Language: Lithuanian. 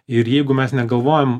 ir jeigu mes negalvojam